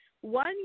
one